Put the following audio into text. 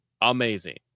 amazing